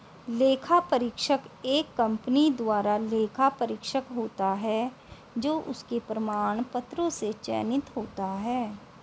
लेखा परीक्षक एक कंपनी द्वारा लेखा परीक्षक होता है जो उसके प्रमाण पत्रों से चयनित होता है